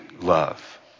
love